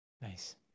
Nice